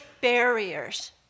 barriers